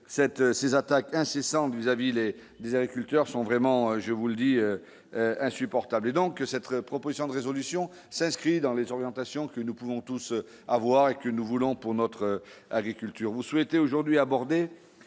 ces attaques incessantes vis-à-vis des agriculteurs sont vraiment je vous le dis insupportable et donc c'est très proposition de résolution s'inscrit dans les orientations que nous pouvons tous avoir et que nous voulons pour notre agriculture,